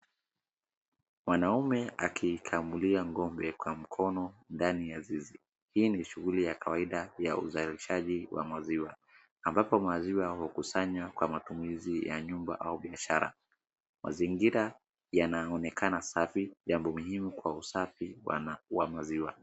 Mwanaume akikamulia ng'ombe kwa mkono ndani ya zizi. Hii ni shughuli ya kawaida ya uzalishaji wa maziwa ambapo maziwa hukusanywa kwa matumizi ya nyumba au biashara. Mazingira yanaonekana safi ya umuhimu kwa usafi wa maziwa.